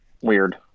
Weird